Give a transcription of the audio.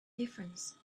difference